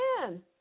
man